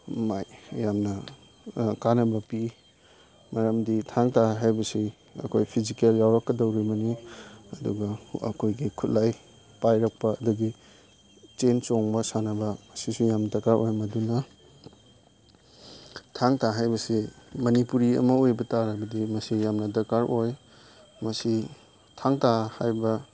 ꯌꯥꯝꯅ ꯀꯥꯅꯕ ꯄꯤ ꯃꯔꯝꯗꯤ ꯊꯥꯡ ꯇꯥ ꯍꯥꯏꯕꯁꯤ ꯑꯩꯈꯣꯏ ꯐꯤꯖꯤꯀꯦꯜ ꯌꯥꯎꯔꯛꯀꯗꯧꯔꯤꯕꯅꯤ ꯑꯗꯨꯒ ꯑꯩꯈꯣꯏꯒꯤ ꯈꯨꯠꯂꯥꯏ ꯄꯥꯏꯔꯛꯄ ꯑꯗꯒꯤ ꯆꯦꯟ ꯆꯣꯡꯕ ꯁꯥꯟꯅꯕ ꯑꯁꯤꯁꯨ ꯌꯥꯝ ꯗꯔꯀꯥꯔ ꯑꯣꯏ ꯃꯗꯨꯅ ꯊꯥꯡ ꯇꯥ ꯍꯥꯏꯕꯁꯤ ꯃꯅꯤꯄꯨꯔꯤ ꯑꯃ ꯑꯣꯏꯕ ꯇꯥꯔꯕꯗꯤ ꯃꯁꯤ ꯌꯥꯝꯅ ꯗꯔꯀꯥꯔ ꯑꯣꯏ ꯃꯁꯤ ꯊꯥꯡ ꯇꯥ ꯍꯥꯏꯕ